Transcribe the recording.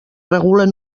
regulen